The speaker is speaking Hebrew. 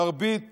מרבית